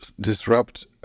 disrupt